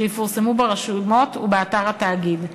שיפורסמו ברשומות ובאתר התאגיד.